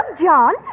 John